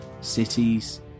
cities